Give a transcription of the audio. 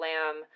Lamb